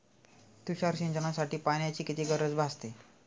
तुषार सिंचनासाठी पाण्याची किती गरज भासते?